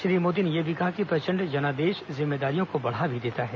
श्री मोदी ने यह भी कहा कि प्रचंड जनादेश जिम्मेदारियों को बढ़ा भी देता है